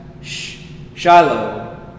Shiloh